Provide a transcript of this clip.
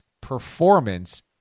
performance